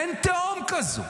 אין תהום כזו.